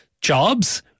jobs